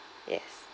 yes